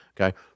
Okay